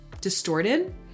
Distorted